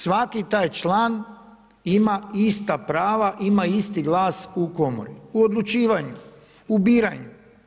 Svaki taj član ima ista prava, ima isti glas u komori, u odlučivanju, u biranju.